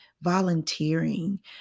volunteering